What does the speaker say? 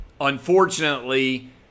unfortunately